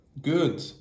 good